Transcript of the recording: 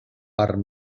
part